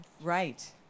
Right